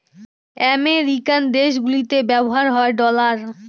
American দেশগুলিতে ব্যবহার হয় ডলার